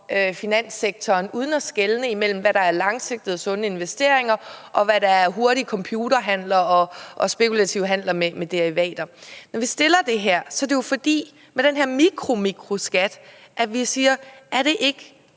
finanssektoren, uden at man skelner mellem, hvad der er langsigtede og sunde investeringer, og hvad der er hurtige computerhandler og spekulative handler med derivater. Når vi fremsætter det her, er det jo, fordi vi i forhold til den her mikroskat ønsker at sige: Er det ikke